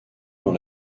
dans